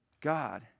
God